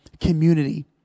community